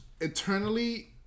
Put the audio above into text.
Eternally